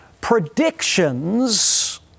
predictions